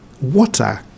water